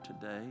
today